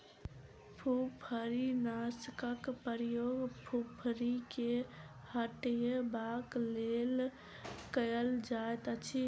फुफरीनाशकक प्रयोग फुफरी के हटयबाक लेल कयल जाइतअछि